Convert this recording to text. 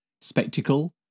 spectacle